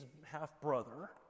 half-brother